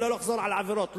שלא יחזרו על עבירות,